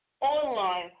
online